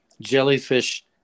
Jellyfish